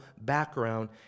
background